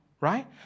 right